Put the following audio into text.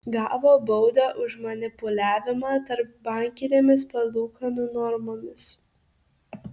gavo baudą už manipuliavimą tarpbankinėmis palūkanų normomis